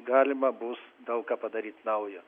galima bus daug ką padaryt naujo